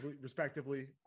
respectively